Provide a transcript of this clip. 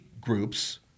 groups